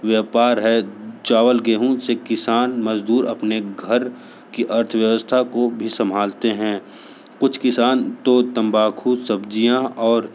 व्यापार है चावल गेहूँ से किसान मज़दूर अपने घर की अर्थव्यवस्था को भी संभालते हैं कुछ किसान तो तंबाकू संब्जियाँ और